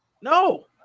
No